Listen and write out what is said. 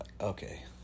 okay